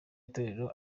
itorero